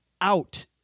out